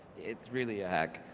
it's really a hack.